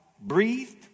breathed